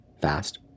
fast